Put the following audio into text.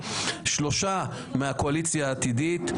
שלושה מהקואליציה העתידית,